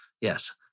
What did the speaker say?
Yes